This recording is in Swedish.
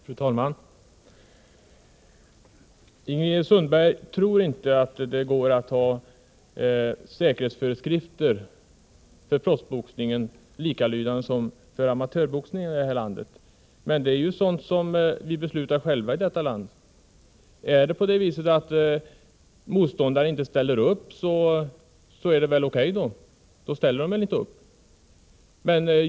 Fru talman! Ingrid Sundberg tror inte att det går att tillämpa samma säkerhetsföreskrifter för proffsboxningen som för amatörboxningen i detta land. Men det är ju sådant som vi beslutar själva. Om en utländsk motståndare inte vill ställa upp mot en svensk boxare enligt dessa regler så är det O.K.